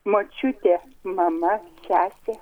močiutė mama sesė